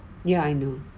ya I know